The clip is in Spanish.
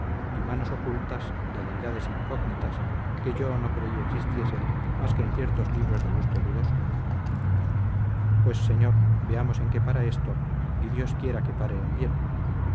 y manos ocultas de deidades incógnitas que yo no creí existiesen más que en ciertos libros de gusto dudoso pues señor veamos en qué para esto y dios quiera que pare en bien